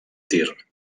tir